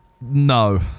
No